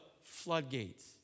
floodgates